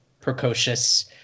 precocious